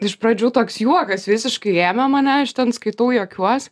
iš pradžių toks juokas visiškai ėmė mane aš ten skaitau juokiuos